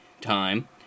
time